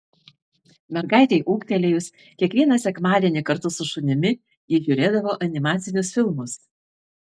mergaitei ūgtelėjus kiekvieną sekmadienį kartu su šunimi ji žiūrėdavo animacinius filmus